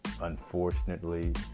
Unfortunately